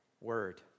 word